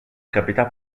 capità